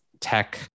tech